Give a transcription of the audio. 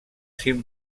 cim